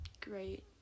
Great